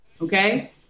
Okay